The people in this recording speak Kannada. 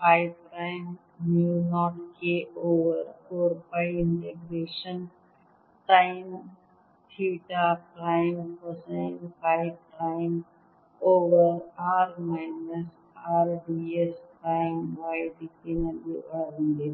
five prime mu 0 K over 4 pi integration sine theta prime cosine phi prime cosine phi rime over r minus R d s prime y ದಿಕ್ಕಿನಲ್ಲಿ ಒಳಗೊಂಡಿದೆ